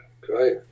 Great